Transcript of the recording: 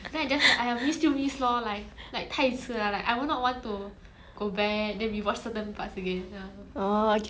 orh okay okay I get that it's like yesterday I was watching a movie with my friends I think if I watch movie with my friends that I won't be so distracted lah